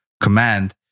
command